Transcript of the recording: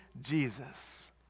Jesus